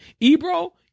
Ebro